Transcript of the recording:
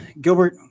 Gilbert